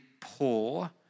poor